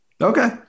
Okay